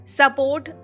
support